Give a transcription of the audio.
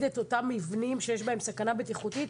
את אותם מבנים שיש בהם סכנה בטיחותית?